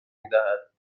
میدهد